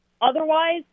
otherwise